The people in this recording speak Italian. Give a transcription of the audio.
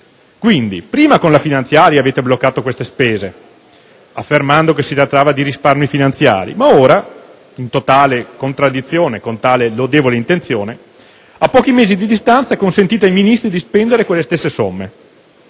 Quindi, prima con la finanziaria avete bloccato quelle spese, affermando che si trattava di risparmi finanziari, ma ora, in totale contraddizione con tale lodevole intenzione, a pochi mesi di distanza consentite ai Ministri di spendere quelle stesse somme.